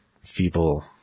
feeble